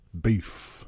beef